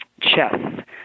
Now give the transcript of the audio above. chess